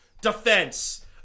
defense